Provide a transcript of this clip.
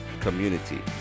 community